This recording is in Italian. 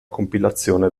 compilazione